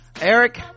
Eric